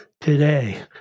Today